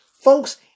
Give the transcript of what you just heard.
Folks